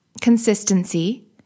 consistency